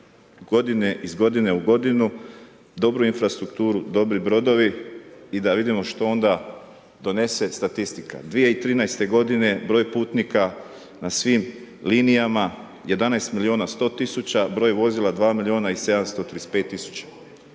iz godine u godinu, dobru infrastrukturu, dobri brodovi i da vidimo što onda donese statistika. 2013. g. broj putnika na svim linijama, 11 milijuna 100 000, broj vozila 2 milijuna i 735 000.